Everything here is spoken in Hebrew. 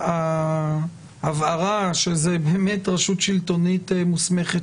ההבהרה שזאת באמת רשות שלטונית מוסמכת